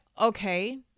okay